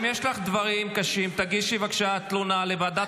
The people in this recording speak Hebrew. שקרן היית ונשארת.